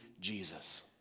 Jesus